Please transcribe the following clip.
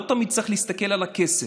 לא תמיד צריך להסתכל על הכסף.